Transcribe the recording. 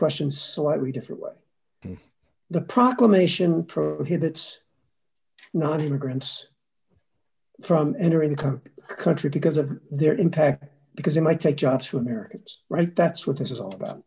questions slightly different way the proclamation prohibits not immigrants from enter into the country because of their impact because they might take jobs from americans right that's what this is all about